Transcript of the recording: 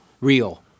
Real